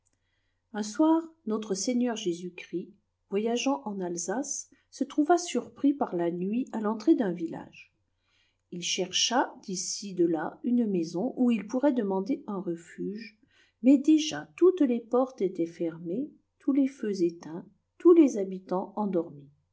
un soir notre-seigneur jésus-christ voyageant en alsace se trouva surpris par la nuit à l'entrée d'un village il chercha d'ici de là une maison où il pourrait demander un refuge mais déjà toutes les portes étaient fermées tous les feux éteints tous les habitants endormis